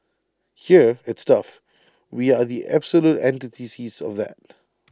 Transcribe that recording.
here at stuff we are the absolute antithesis of that